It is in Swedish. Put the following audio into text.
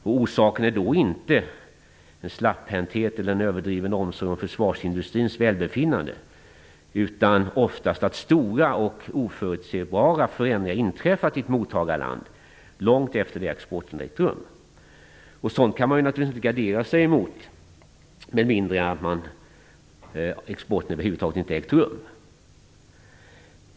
Orsaken är då inte en slapphet eller överdriven omsorg om försvarsindustrins välbefinnande, utan oftast att stora och oförutsebara förändringar inträffat i ett mottagarland långt efter det att exporten ägt rum. Sådant kan man naturligtvis inte gardera sig mot med mindre än att export över huvud taget inte ägt rum.